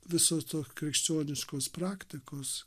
viso to krikščioniškos praktikos